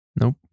Nope